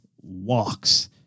walks